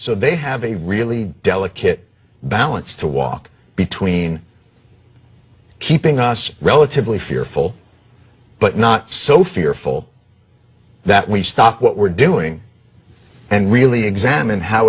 so they have a really delicate balance to walk between keeping us relatively fearful but not so fearful that we stop what we're doing and really examine how